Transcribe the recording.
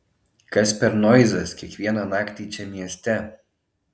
kas per noizas kiekvieną naktį čia mieste